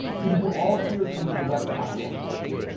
because we're all here to move the web platform forward.